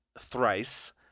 thrice